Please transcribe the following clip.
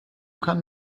kann